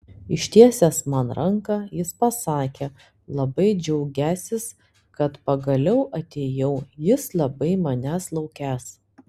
ištiesęs man ranką jis pasakė labai džiaugiąsis kad pagaliau atėjau jis labai manęs laukęs